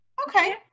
Okay